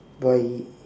but he